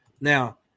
Now